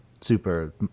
super